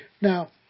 Now